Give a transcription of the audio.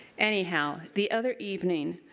anyhow, the other evening,